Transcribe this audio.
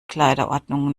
kleiderordnung